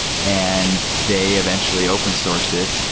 and they eventually open sourced it.